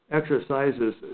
exercises